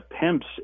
pimps